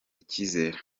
icyizere